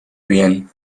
bien